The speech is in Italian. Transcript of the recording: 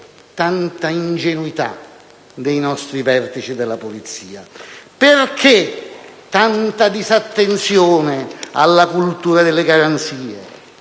tali ingenuità dei nostri vertici della Polizia? Perché tanta disattenzione alla cultura delle garanzie